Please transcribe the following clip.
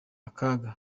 akaga